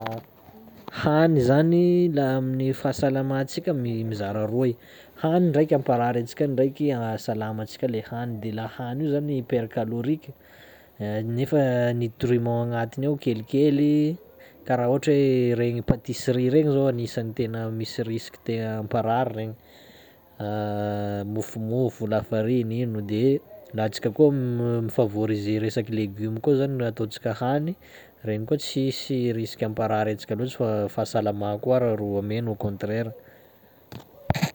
Hany zany laha amin'ny fahasalamantsika mi- mizara roa i: hany ndraiky hamparary antsika, ndraiky hahasalama antsika le hany de laha hany io zany hypercalorique nefa nutriment agnatiny ao kelikely, karaha ohatry hoe regny patisserie regny zao anisan'ny tena misy risque te hamparary regny, mofomofo, lafariny ino, de laha antsika koa m- mifavoriser resaky légume koa zany ro atantsika hany, regny koa tsisy risque hamparary antsika loatsy fa fahasalama koa ara rô ameny au contraire.